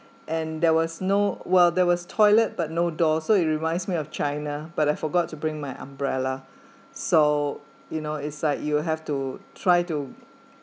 and there was no while there was toilet but no door so you reminds me of china but I forgot to bring my umbrella so you know it's like you have to try to